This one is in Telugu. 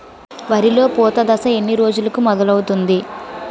వరిలో పూత దశ ఎన్ని రోజులకు మొదలవుతుంది?